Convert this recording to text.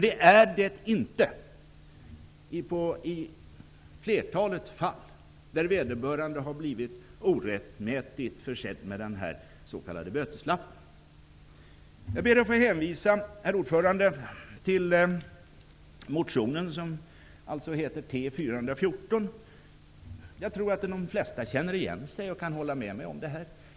Det är det inte i flertalet fall, där vederbörande har blivit orättmätigt försedd med en s.k. böteslapp. Jag ber att få hänvisa till motion T414. Jag tror att de flesta kan känna igen sig i det som där sägs och kan hålla med mig om detta.